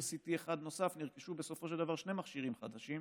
CT אחד נוסף נרכשו בסופו של דבר שני מכשירים חדשים.